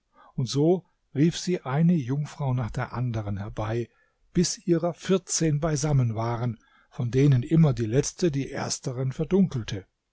und so rief sie eine jungfrau nach der anderen herbei bis ihrer vierzehn beisammen waren von denen immer die letzte die ersteren verdunkelte